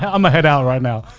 ah i'm a head out right now.